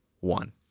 one